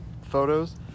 photos